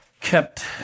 kept